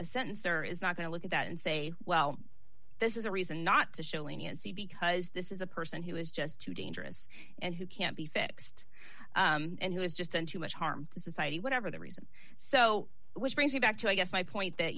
sensor is not going to look at that and say well this is a reason not to show leniency because this is a person who is just too dangerous and who can't be fixed and who has just done too much harm to society whatever the reason so which brings me back to i guess my point that